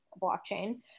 blockchain